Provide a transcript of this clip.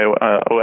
OS